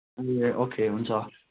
ए okay हुन्छ